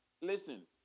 listen